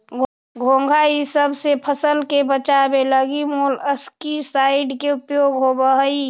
घोंघा इसब से फसल के बचावे लगी मोलस्कीसाइड के उपयोग होवऽ हई